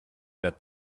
that